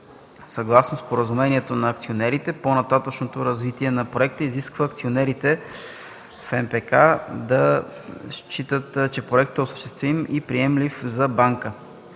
Съгласно Споразумението на акционерите по-нататъшното развитие на проекта изисква акционерите в МПК да считат, „че проектът е осъществим и приемлив за банка”.